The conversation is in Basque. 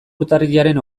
urtarrilaren